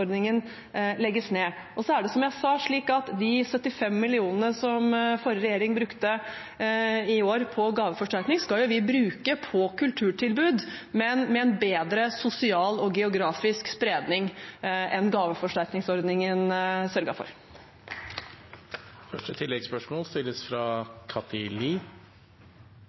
legges ned. De 75 mill. kr som forrige regjering i år brukte på gaveforsterkning, skal vi bruke på kulturtilbud, men med en bedre sosial og geografisk spredning enn gaveforsterkningsordningen sørget for.